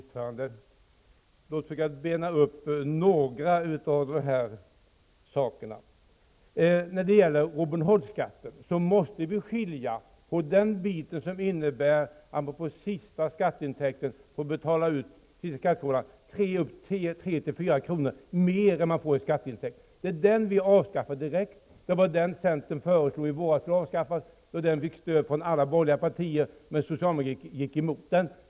Herr talman! Låt mig bena upp några av de här sakerna. När det gäller Robin Hood-skatten måste vi skilja ut den biten som innebär att man på sista skatteintäkten får betala ut per skattekrona tre à fyra kronor mer än man får in. Den delen vill vi avskaffa direkt. Det var den centern i våras föreslog skulle avskaffas, ett förslag som fick stöd från alla borgerliga partier men som socialdemokratin gick emot.